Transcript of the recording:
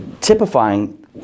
typifying